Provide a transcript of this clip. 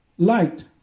light